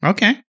Okay